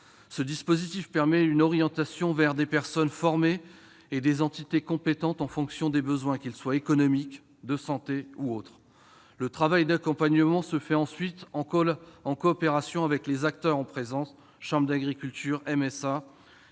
Ce dispositif permet une orientation vers des personnes formées et des entités compétentes en fonction des besoins, qu'ils soient économiques, de santé ou autres. Le travail d'accompagnement se fait ensuite en coopération avec les acteurs en présence- la chambre d'agriculture, la MSA,